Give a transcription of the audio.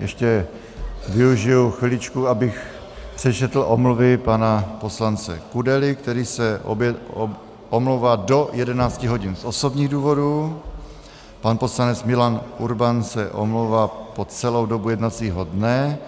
Ještě využiji chviličku, abych přečetl omluvy pana poslance Kudely, který se omlouvá do 11 hodin z osobních důvodů, pan poslanec Milan Urban se omlouvá po celou dobu jednacího dne